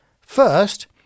First